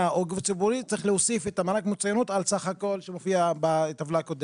והניקיון בגופים ציבוריים; תשלום מענק מצוינות בגובה של